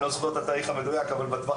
אני לא זוכר את התאריך המדויק,